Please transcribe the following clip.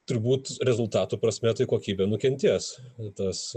turbūt rezultatų prasme tai kokybė nukentės tas